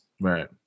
right